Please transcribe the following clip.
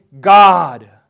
God